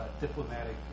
diplomatic